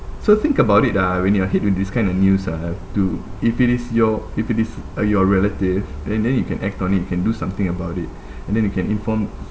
so think about it ah when you're hit with this kind of news ah to if it is your if it is uh your relative and then you can act on it you can do something about it and then you can inform